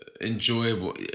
enjoyable